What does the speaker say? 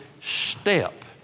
step